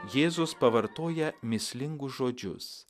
jėzus pavartoja mįslingus žodžius